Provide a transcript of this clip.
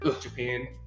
Japan